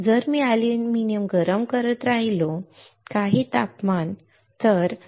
जर मी अॅल्युमिनियम गरम करत राहिलो काही तापमान बरोबर